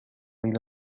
إلى